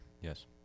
Yes